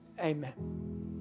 amen